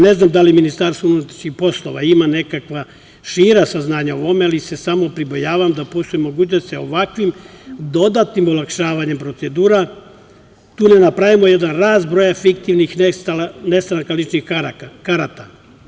Ne znam da li Ministarstvo unutrašnjih poslova ima nekakva šira saznanja o ovome, ali se samo pribojavam da postoji mogućnost da ovakvim dodatnim olakšavanjem procedura tu ne napravimo jedan rast broja fiktivnih nestanaka ličnih karata.